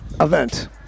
event